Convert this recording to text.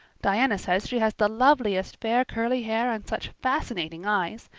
diana says she has the loveliest fair curly hair and such fascinating eyes.